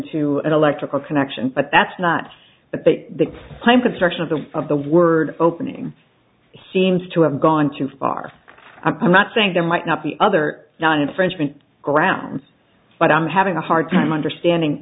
to electrical connections but that's not the type of structure of the of the word opening seems to have gone too far i'm not saying there might not be other non infringement grounds but i'm having a hard time understanding